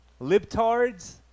Liptards